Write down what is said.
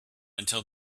until